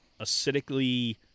acidically